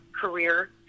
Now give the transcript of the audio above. career